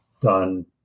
done